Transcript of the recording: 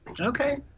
Okay